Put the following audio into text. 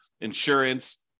insurance